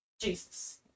Jesus